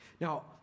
Now